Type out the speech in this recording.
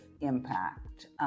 impact